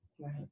Right